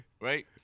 right